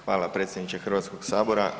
Hvala predsjedniče Hrvatskog sabora.